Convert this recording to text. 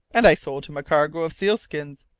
and i sold him a cargo of seal-skins.